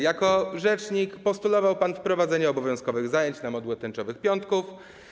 Jako rzecznik postulował pan wprowadzenie obowiązkowych zajęć na modłę tęczowych piątków.